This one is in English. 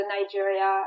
Nigeria